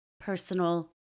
personal